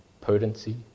potency